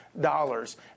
dollars